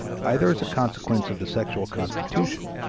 either as a consequence of the sexual constitution,